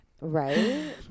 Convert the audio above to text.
Right